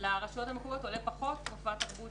ולרשויות המקומיות עולה פחות מופע תרבות